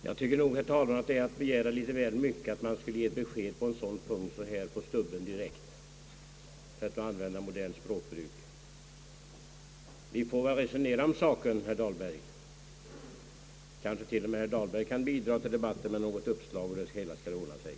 Herr talman! Jag tycker nog att det är att begära väl mycket, att man skulle ge besked om en sådan sak så här »på stubben direkt», för att använda ett modernt språkbruk. Vi får väl resonera om saken, herr Dahlberg! Kanske till och med han kan bidra till debatten med något uppslag om hur det hela skall ordna sig.